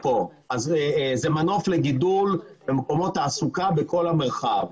זה מנוף לגידול מקומות תעסוקה בכל המרחב.